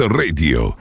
radio